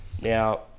now